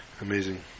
Amazing